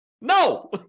No